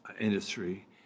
industry